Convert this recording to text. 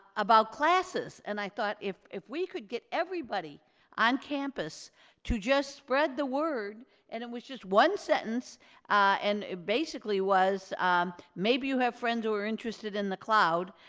about classes and i thought if if we could get everybody on campus to just spread the word and it was just one sentence and it basically was maybe you have friends who are interested in the cloud.